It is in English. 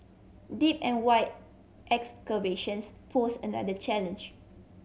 deep and wide excavations posed another challenge